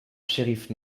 shérif